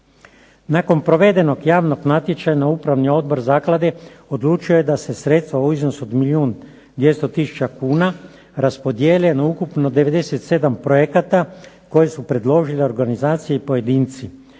Nakon provedenog javnog natječaja Upravni odbor Zaklade odlučio je da se sredstva u iznosu od milijun i 200000 kuna raspodijele na ukupno 97 projekata koje su predložile organizacije i pojedinci.